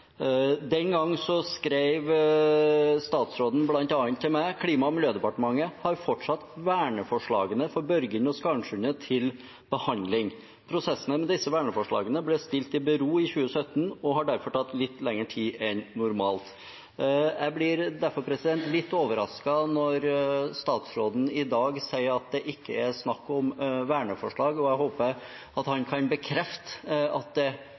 skrev statsråden bl.a. til meg: «Klima- og miljødepartementet har fortsatt verneforslagene for Børgin og Skarnsundet til behandling. Prosessen med disse verneforslagene ble stilt i bero i 2017, og har derfor tatt lenger tid enn normalt.» Jeg blir derfor litt overrasket når statsråden i dag sier at det ikke er snakk om verneforslag. Jeg håper at han kan bekrefte at det